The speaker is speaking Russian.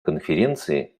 конференции